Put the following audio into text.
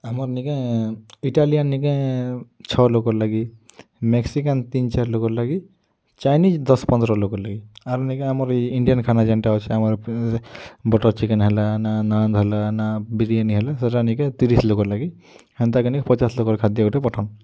ଆମର୍ ନିକେଁ ଇଟାଲିୟାନ୍ ନିକେଁ ଛଅ ଲୋକର୍ ଲାଗି ମ୍ୟାକ୍ସିକାନ୍ ତିନ୍ ଚାର୍ ଲୋକର୍ ଲାଗି ଚାଇନିଜ୍ ଦଶ୍ ପନ୍ଦ୍ର ଲୋକର୍ ଲାଗି ଆର୍ ନିକେଁ ଆମର୍ ଇ ଇଣ୍ଡିଆନ୍ ଖାନା ଯେନ୍ଟା ଅଛେ ଆମର୍ ବଟର୍ ଚିକେନ୍ ହେଲା ନାନ୍ ହେଲା ନା ବିରିୟାନୀ ହେଲା ସେଟା ନିକେଁ ତିରିଶ୍ ଲୋକର୍ ଲାଗି ହେନ୍ତାକିନି ପଚାଶ୍ ଲୋକର୍ ଖାଦ୍ୟ ଗୁଟେ ପଠନ୍